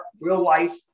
real-life